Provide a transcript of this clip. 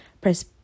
press